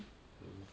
mm